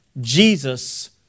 Jesus